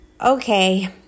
okay